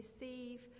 receive